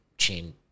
chain